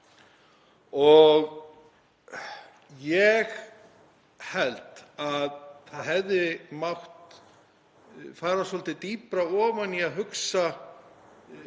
Ég held að það hefði mátt fara svolítið dýpra ofan í að hugsa